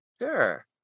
Sure